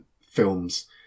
films